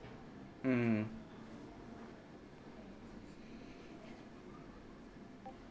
mm